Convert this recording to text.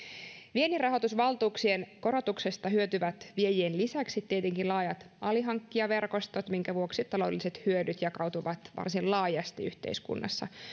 vienninrahoitusvaltuuksien korotuksesta hyötyvät viejien lisäksi tietenkin laajat alihankkijaverkostot minkä vuoksi taloudelliset hyödyt jakautuvat varsin laajasti yhteiskunnassa